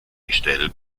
gestell